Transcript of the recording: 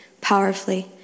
powerfully